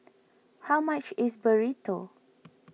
how much is Burrito